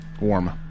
Warm